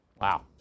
Wow